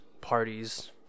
parties